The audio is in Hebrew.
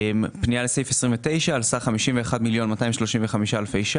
פנייה לסעיף 29 על סך 51,235 מיליון.